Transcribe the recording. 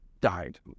died